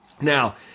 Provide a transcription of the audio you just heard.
Now